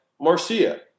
Marcia